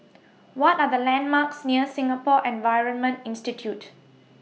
What Are The landmarks near Singapore Environment Institute